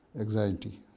anxiety